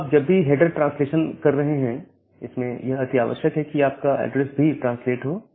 तो आप जब भी हेडर ट्रांसलेशन कर रहे हैं इसमें यह अति आवश्यक है कि आपका एड्रेस भी ट्रांसलेट हो